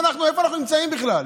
איפה אנחנו נמצאים בכלל?